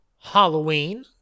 Halloween